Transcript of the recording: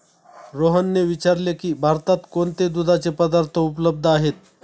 रोहनने विचारले की भारतात कोणते दुधाचे पदार्थ उपलब्ध आहेत?